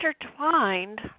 intertwined